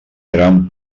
gran